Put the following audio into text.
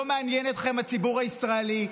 לא מעניין אתכם הציבור הישראלי,